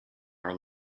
our